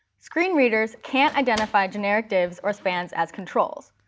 screen readers can't identify generic divs or spans as controls.